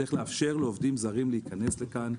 צריך לאפשר לעובדים זרים להיכנס לכאן.